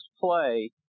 play